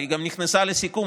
והיא גם נכנסה לסיכום,